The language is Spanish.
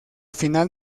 final